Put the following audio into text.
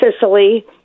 Sicily